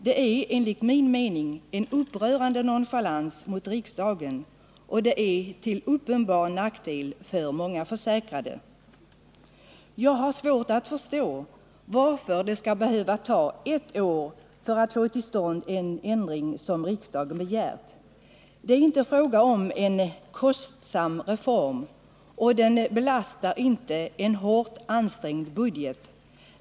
Det är enligt min mening en upprörande nonchalans mot riksdagen, och det är till uppenbar nackdel för många försäkrade. Jag har svårt att förstå att det skall behöva ta ett år för att få till stånd en ändring som riksdagen begärt. Det gäller ingen kostsam reform, och den belastar inte en hårt ansträngd budget.